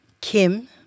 Kim